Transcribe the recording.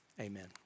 amen